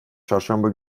çarşamba